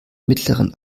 mittleren